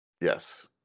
yes